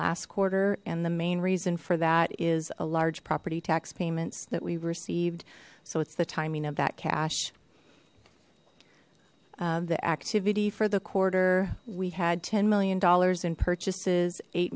last quarter and the main reason for that is a large property tax payments that we received so it's the timing of that cash the activity for the quarter we had ten million dollars in purchases eight